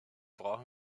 brauchen